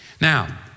Now